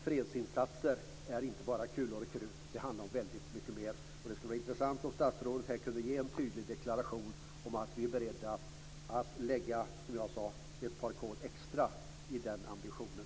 Fredsinsatser handlar inte bara om kulor och krut. Det handlar om väldigt mycket mer, och det skulle vara intressant om statsrådet kunde ge en tydlig deklaration om att man är beredd att, som jag sade, lägga på ett par extra kol när det gäller den ambitionen.